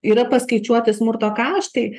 yra paskaičiuoti smurto kaštai